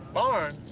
barn?